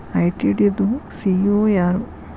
ITD ದು CEO ಯಾರು?